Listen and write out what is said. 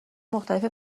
مختلف